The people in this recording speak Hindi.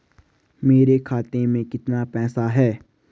मेरे खाते में कितना पैसा है?